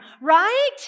right